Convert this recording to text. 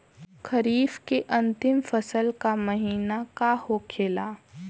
खरीफ के अंतिम फसल का महीना का होखेला?